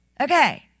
Okay